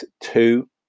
Two